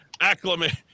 acclimate